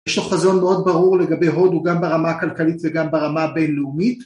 יש לו חזון מאוד ברור לגבי הודו גם ברמה הכלכלית וגם ברמה הבינלאומית